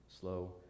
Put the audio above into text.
slow